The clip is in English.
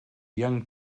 young